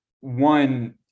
one